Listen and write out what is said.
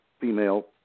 female